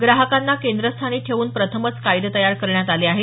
ग्राहकांना केंद्रस्थानी ठेऊन प्रथमच कायदे तयार करण्यात आले आहेत